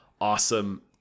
awesome